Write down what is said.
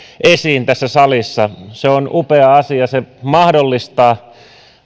esiin tässä salissa se on upea asia se mahdollistaa